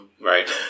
Right